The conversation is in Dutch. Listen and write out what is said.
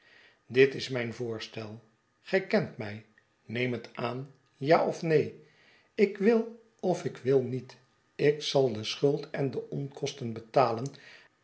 dit is mijn voorstel gij kent mij neem het aan ja of neen ik wil of ik wil niet ik zalde schuld en de onkosten betalen